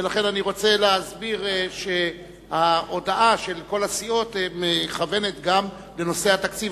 ולכן אני רוצה להסביר שההודעה של כל הסיעות מכוונת גם לנושא התקציב,